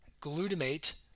glutamate